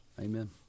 Amen